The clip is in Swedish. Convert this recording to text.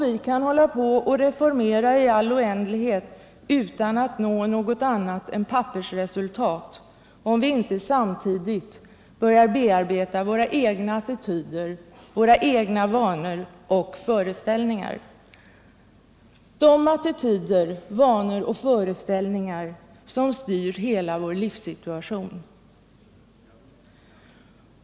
Vi kan reformera i all oändlighet utan att nå något annat än ”pappersresultat”, om vi inte samtidigt börjar bearbeta våra egna attityder, vanor och föreställningar — attityder, vanor och föreställningar som styr hela vår livssituation.